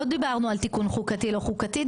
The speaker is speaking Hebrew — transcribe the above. לא דיברנו על תיקון חוקתי לא חוקתי,